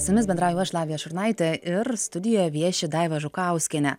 su jumis bendrauju aš lavija šurnaitė ir studijoje vieši daiva žukauskienė